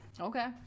okay